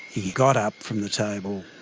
he got up from the table,